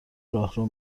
راهرو